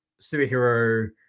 superhero